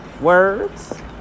words